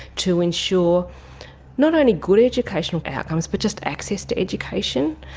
to ensure not only good educational outcomes but just access to education.